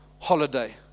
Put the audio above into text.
holiday